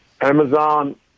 amazon